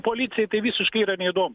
policijai tai visiškai yra neįdomu